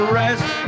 rest